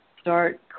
start